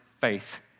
faith